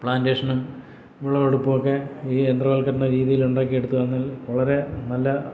പ്ലാൻറ്റേഷനും വിളവെടുപ്പുമൊക്കെ ഈ യന്ത്രവൽക്കരണ രീതിയിലുണ്ടാക്കിയെടുത്തുവെന്നാൽ വളരെ നല്ല